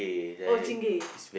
oh Chingay